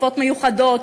תוספות מיוחדות,